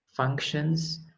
functions